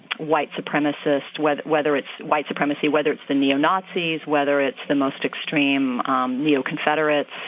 white supremacist whether whether it's white supremacy, whether it's the neo-nazis, whether it's the most extreme um neo-confederates